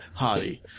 hottie